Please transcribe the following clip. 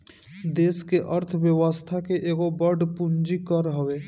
देस के अर्थ व्यवस्था के एगो बड़ पूंजी कर हवे